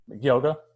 yoga